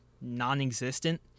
non-existent